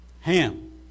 Ham